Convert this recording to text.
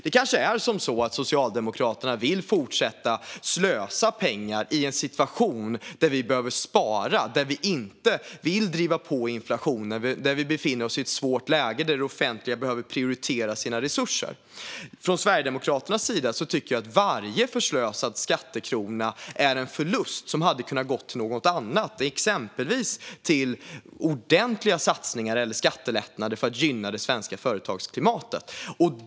Det kanske är så att Socialdemokraterna vill fortsätta att slösa pengar i en situation där vi behöver spara, där vi inte vill driva på inflationen, där vi befinner oss i ett svårt läge och där det offentliga behöver prioritera sina resurser. Från Sverigedemokraternas sida tycker jag att varje förslösad skattekrona är en förlust som hade kunnat gå till något annat, exempelvis ordentliga satsningar eller skattelättnader för att gynna det svenska företagsklimatet.